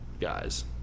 guys